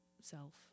self